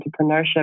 entrepreneurship